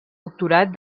doctorat